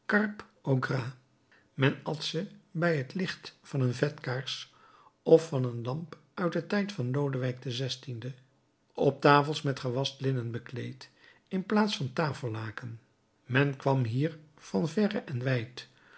at ze bij het licht van een vetkaars of van een lamp uit den tijd van lodewijk xvi op tafels met gewast linnen bekleed in plaats van tafellaken men kwam hier van verre en wijd